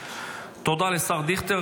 תודה לשר דיכטר.